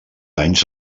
anys